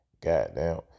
Goddamn